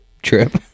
trip